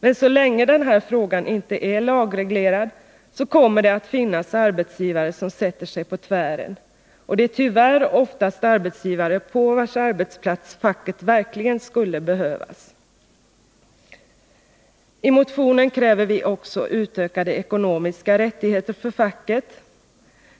Men så länge den här frågan inte är lagreglerad, så kommer det att finnas arbetsgivare som sätter sig på tvären — och det är tyvärr oftast arbetsgivare på vars arbetsplatser facket verkligen skulle behövas. I motionen kräver vi också utökade ekonomiska rättigheter för facket.